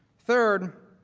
third,